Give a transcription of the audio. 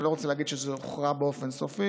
אני לא רוצה להגיד עד שזה יוכרע באופן סופי,